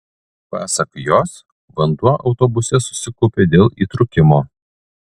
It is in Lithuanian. pasak jos vanduo autobuse susikaupė dėl įtrūkimo